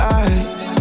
eyes